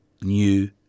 new